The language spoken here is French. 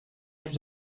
plus